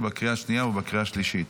בקריאה השנייה ובקריאה השלישית.